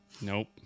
Nope